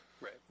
Right